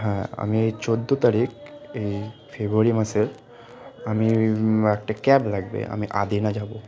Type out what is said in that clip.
হ্যাঁ আমি এই চৌদ্দ তারিখ এই ফেব্রুয়ারি মাসের আমি একটা ক্যাব লাগবে আমি আদিনা যাব